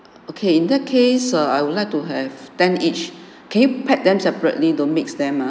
okay in that case err I would like to have ten each can you pack them separately don't mix them ah